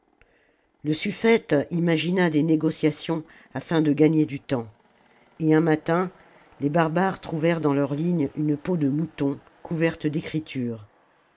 le suffète imagina des négociations afin de gagner du temps et un matin les barbares trouvèrent dans leurs hgnes une peau de mouton couverte d'écritures